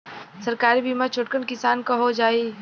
सरकारी बीमा छोटकन किसान क हो जाई?